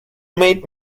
made